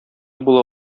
була